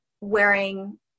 wearing